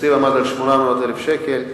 התקציב עמד על 800,000 שקל.